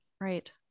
Right